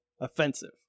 Offensive